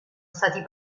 stati